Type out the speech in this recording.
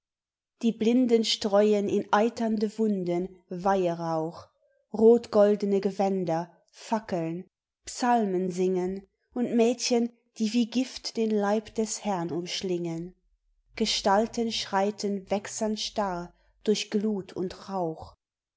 die blinden streuen in eiternde wunden weiherauch rotgoldene gewänder fackeln psalmensingen und mädchen die wie gift den leib des herrn umschlingen gestalten schreiten wächsernstarr durch glut und rauch